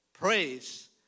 Praise